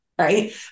Right